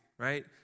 right